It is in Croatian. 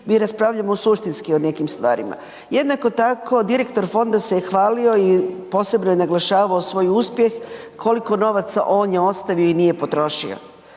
mi raspravljamo suštinski o nekim stvarima. Jednako tako, direktor fonda se je hvalio i posebno je naglašavao svoj uspjeh koliko novaca on je ostavio i nije potrošio.